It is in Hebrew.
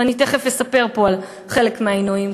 ותכף אספר פה על חלק מהעינויים.